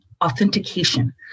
authentication